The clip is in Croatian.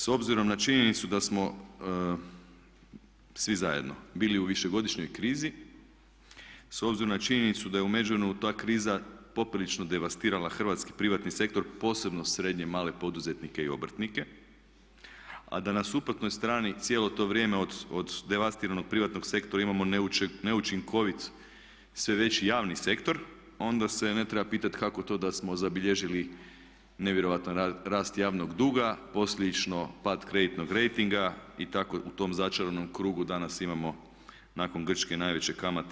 S obzirom na činjenicu da smo svi zajedno bili u višegodišnjoj krizi, s obzirom na činjenicu da je u međuvremenu ta kriza poprilično devastirali hrvatski privatni sektor posebno srednje i male poduzetnike i obrtnike, a da na suprotnoj strani cijelo to vrijeme od devastiranog privatnog sektora imamo neučinkovit sve veći javni sektor, onda se ne treba pitati kako to da smo zabilježili nevjerojatan rast javnog duga, posljedično pad kreditnog rejtinga i tako u tom začaranom krugu danas imamo nakon Grčke najveće kamate.